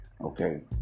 Okay